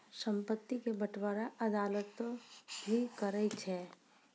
संपत्ति के बंटबारा अदालतें भी करै छै